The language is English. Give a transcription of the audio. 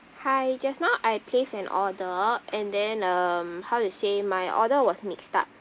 hi just now I placed an order and then um how to say my order was mixed up